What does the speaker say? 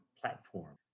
platform